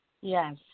Yes